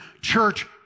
church